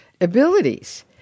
abilities